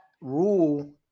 rule